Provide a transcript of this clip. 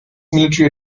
military